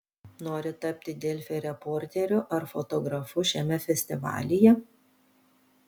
nori tapti delfi reporteriu ar fotografu šiame festivalyje